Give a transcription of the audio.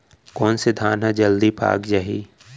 कोन से धान ह जलदी पाक जाही?